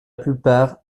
plupart